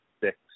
six